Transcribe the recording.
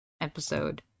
episode